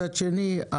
מצד שני,